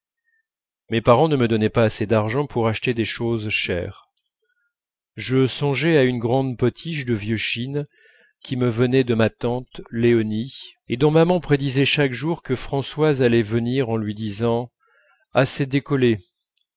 mes parents ne me donnaient pas assez d'argent pour acheter des choses chères je songeai à une grande potiche de vieux chine qui me venait de ma tante léonie et dont maman prédisait chaque jour que françoise allait venir en lui disant a s'est décollée